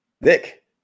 Nick